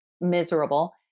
miserable